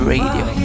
Radio